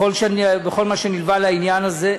בכל מה שנלווה לעניין הזה.